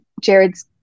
Jared's